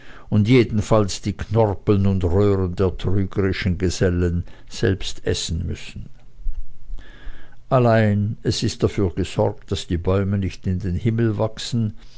und jedenfalls die knorpeln und röhren der trügerischen gesellen selbst essen müssen allein es ist dafür gesorgt daß die bäume nicht in den himmel wachsen